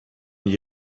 die